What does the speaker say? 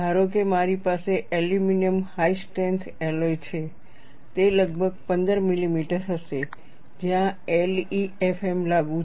ધારો કે મારી પાસે એલ્યુમિનિયમ હાઇ સ્ટ્રેન્થ એલોય છે તે લગભગ 15 મિલીમીટર હશે જ્યાં LEFM લાગુ છે